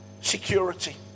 security